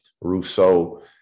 Rousseau